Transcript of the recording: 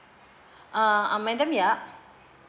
uh I madam yap